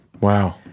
Wow